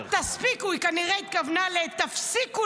"תספיקו" היא כנראה התכוונה לתפסיקו,